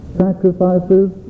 sacrifices